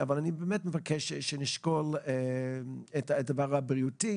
אבל אני באמת מבקש לשקול את הדבר הבריאותי